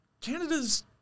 Canada's